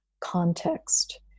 context